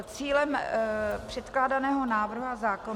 Cílem předkládaného návrhu zákona